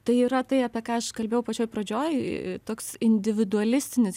tai yra tai apie ką aš kalbėjau pačioj pradžioj toks individualistinis